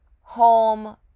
home